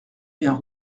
bien